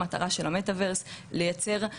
זה קרה כל כך מהר שדי התנתקתי.